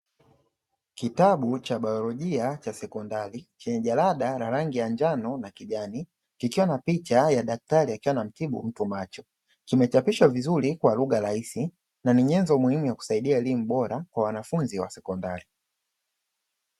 Kitabu cha biolojia cha shule ya sekondari chenye daraja la njano na kijani, kikiwa na picha ya daktari akiwa anamtibu mtu macho, kimechapishwa vizuri kwa lugha rahisi, na ni nyenzo muhimu ya kusaidia elimu bora kwa wanafunzi wa sekondari.